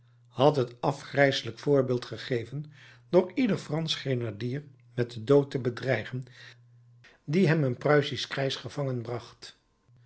had het afgrijselijk voorbeeld gegeven door ieder fransch grenadier met den dood te bedreigen die hem een pruisisch krijgsgevangen bracht